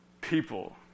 people